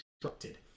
constructed